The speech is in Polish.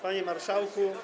Panie Marszałku!